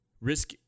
Risk